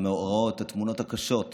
חבר הכנסת עיסאווי פריג' איננו,